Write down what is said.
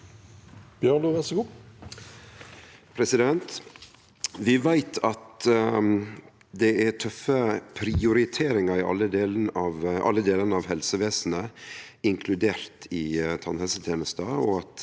Vi veit at det er tøffe prioriteringar i alle delane av helsevesenet, inkludert i tannhelsetenesta,